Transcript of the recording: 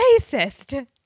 racist